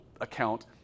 account